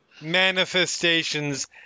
manifestations